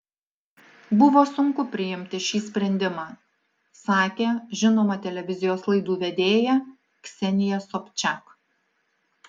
buvo sunku priimti šį sprendimą sakė žinoma televizijos laidų vedėja ksenija sobčiak